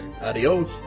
Adios